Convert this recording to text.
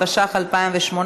התשע"ח 2018,